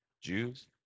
Jews